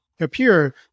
appear